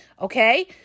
Okay